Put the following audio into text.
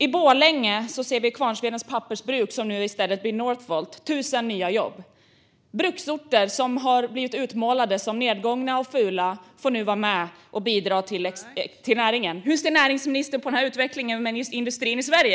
I Borlänge ser vi att Kvarnsvedens pappersbruk i stället blir Northvolt med 1 000 nya jobb. Bruksorter som blivit utmålade som nedgångna och fula får nu vara med och bidra. Hur ser näringsministern på den här utvecklingen för industrin i Sverige?